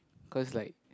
cause like